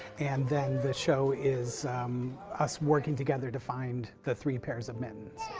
and then the show is us working together to find the three pairs of mittens.